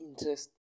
interest